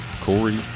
Corey